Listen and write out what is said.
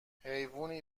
حیوونی